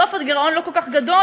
בסוף הגירעון לא כל כך גדול,